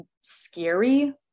scary